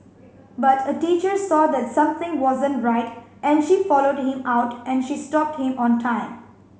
but a teacher saw that something wasn't right and she followed him out and she stopped him on time